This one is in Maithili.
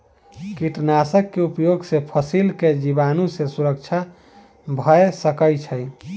कीटनाशक के उपयोग से फसील के जीवाणु सॅ सुरक्षा भअ सकै छै